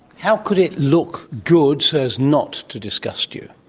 how could it look good so as not to disgust you?